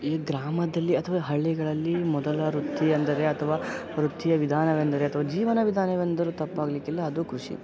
ಈ ಗ್ರಾಮದಲ್ಲಿ ಅಥವಾ ಹಳ್ಳಿಗಳಲ್ಲಿ ಮೊದಲ ವೃತ್ತಿ ಅಂದರೆ ಅಥವಾ ವೃತ್ತಿಯ ವಿಧಾನವೆಂದರೆ ಅಥವಾ ಜೀವನ ವಿಧಾನವೆಂದರೂ ತಪ್ಪಾಗಲಿಕ್ಕಿಲ್ಲ ಅದು ಕೃಷಿ